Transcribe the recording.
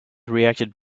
reacted